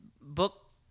book